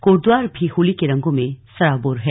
कोटद्वार भी होली के रंगों से सराबोर है